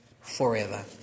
forever